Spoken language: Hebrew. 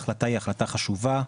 ההחלטה היא החלטה חשובה,